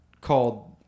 called